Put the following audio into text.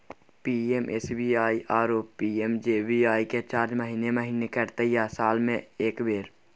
PMSBY आरो PMJBY के charge महीने महीना कटते या साल म एक बेर?